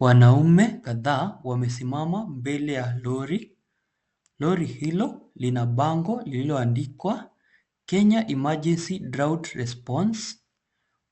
Wanaume kadhaa wamesimama mbele ya lori. Lori hilo lina bango lililoandikwa, Kenya Emergency Drought Response.